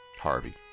Harvey